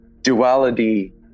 duality